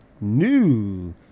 new